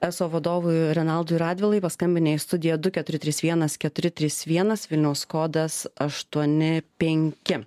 eso vadovui renaldui radvilai paskambinę į studiją du keturi trys vienas keturi trys vienas vilniaus kodas aštuoni penki